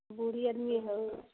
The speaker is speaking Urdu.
بوڑھی آدمی ہے